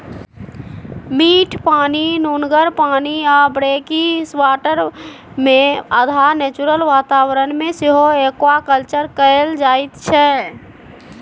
मीठ पानि, नुनगर पानि आ ब्रेकिसवाटरमे अधहा नेचुरल बाताबरण मे सेहो एक्वाकल्चर कएल जाइत छै